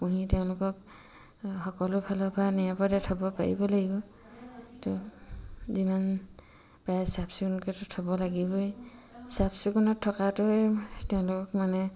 পুহি তেওঁলোকক সকলো ফালৰ পৰা নিৰাপদে থ'ব পাৰিব লাগিব ত' যিমান পাৰে চাফ চিকুণকৈতো থ'ব লাগিবই চাফ চিকুণত থকাটোৱে তেওঁলোকক মানে